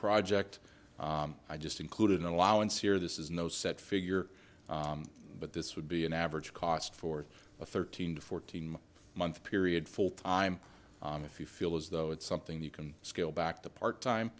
project i just included an allowance here this is no set figure but this would be an average cost for a thirteen to fourteen month period full time if you feel as though it's something you can scale back to part time